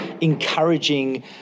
encouraging